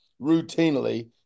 routinely